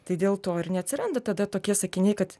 tai dėl to ir neatsiranda tada tokie sakiniai kad